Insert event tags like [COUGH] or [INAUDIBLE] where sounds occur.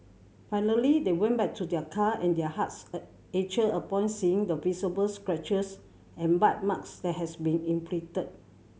finally they went back to their car and their hearts [UNINTELLIGIBLE] ached upon seeing the visible scratches and bite marks that had been inflicted